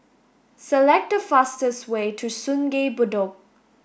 select the fastest way to Sungei Bedok